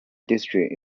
district